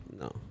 No